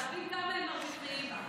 להבין כמה הם מרוויחים, האם הם, ממש.